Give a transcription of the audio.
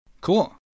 Cool